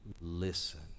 listen